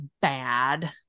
bad